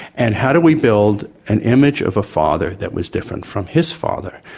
and how do we build an image of a father that was different from his father?